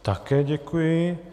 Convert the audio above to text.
Také děkuji.